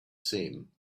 same